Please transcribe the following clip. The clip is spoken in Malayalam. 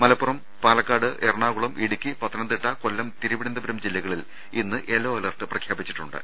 മലപ്പുറം പാലക്കാ ട് എറണാകുളം ഇടുക്കി പത്തനംതിട്ട കൊല്ലം തിരുവനന്തപുരം ജില്ലക ളിൽ ഇന്ന് യെല്ലോ അലർട്ട് പ്രഖ്യാപിച്ചിട്ടുണ്ട്